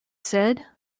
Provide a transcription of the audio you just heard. said